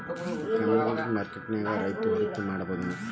Commodity ಮಾರ್ಕೆಟ್ನ್ಯಾಗ್ ರೈತ್ರು ಹೂಡ್ಕಿ ಮಾಡ್ಬಹುದೇನ್?